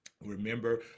Remember